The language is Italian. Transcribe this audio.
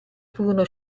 furono